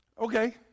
okay